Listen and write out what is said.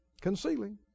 concealing